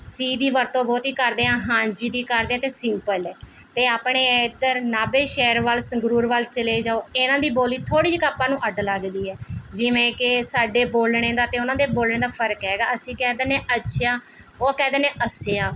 ਸੀ ਦੀ ਵਰਤੋਂ ਬਹੁਤ ਹੀ ਕਰਦੇ ਹਾਂ ਹਾਂਜੀ ਦੀ ਕਰਦੇ ਹਾਂ ਇਹ ਅਤੇ ਸਿੰਪਲ ਹੈ ਅਤੇ ਆਪਣੇ ਇੱਧਰ ਨਾਭੇ ਸ਼ਹਿਰ ਵੱਲ ਸੰਗਰੂਰ ਵੱਲ਼ ਚਲੇ ਜਾਓ ਇਹਨਾਂ ਦੀ ਬੋਲੀ ਥੋੜ੍ਹੀ ਜਿਹੀ ਕ ਆਪਾਂ ਨੂੰ ਅੱਡ ਲੱਗਦੀ ਹੈ ਜਿਵੇਂ ਕਿ ਸਾਡੇ ਬੋਲਣੇ ਦਾ ਅਤੇ ਉਹਨਾਂ ਦੇ ਬੋਲਣੇ ਦਾ ਫ਼ਰਕ ਐਗਾ ਅਸੀਂ ਕਹਿ ਦਿੰਦੇ ਅੱਛਿਆ ਉਹ ਕਹਿ ਦਿੰਦੇ ਅੱਸਿਆ